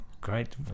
great